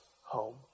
home